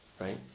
right